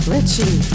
Richie